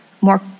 more